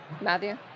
Matthew